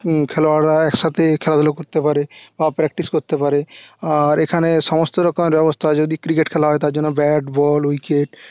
খেলোয়াড়রা একসাথে খেলাধুলো করতে পারে বা প্র্যাকটিস করতে পারে আর এখানে সমস্ত রকমের ব্যবস্থা যদি ক্রিকেট খেলা হয় তার জন্য ব্যাট বল উইকেট